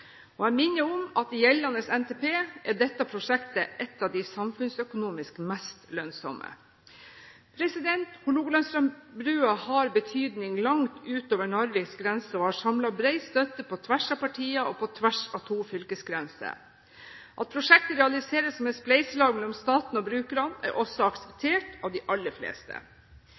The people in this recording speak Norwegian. gang. Jeg minner om at i gjeldende NTP er dette prosjektet ett av de samfunnsøkonomisk mest lønnsomme. Hålogalandsbrua har betydning langt utover Narviks grenser og har samlet bred støtte på tvers av partier og på tvers av to fylkesgrenser. At prosjektet realiseres som et spleiselag mellom staten og brukerne, er også akseptert av de aller fleste.